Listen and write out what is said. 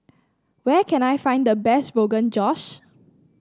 where can I find the best Rogan Josh